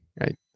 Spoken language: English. right